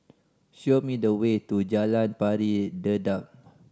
show me the way to Jalan Pari Dedap